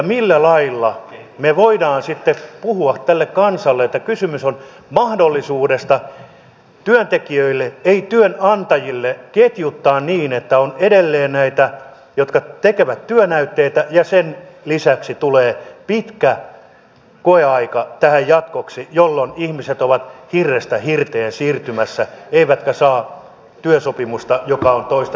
millä lailla me voimme sitten puhua tälle kansalle että kysymys on mahdollisuudesta työntekijöille ei työnantajille ketjuttaa niin että on edelleen näitä jotka tekevät työnäytteitä ja sen lisäksi tulee pitkä koeaika tähän jatkoksi jolloin ihmiset ovat hirrestä hirteen siirtymässä eivätkä saa työsopimusta joka on toistaiseksi voimassa oleva